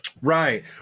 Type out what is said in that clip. Right